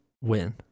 win